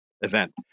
event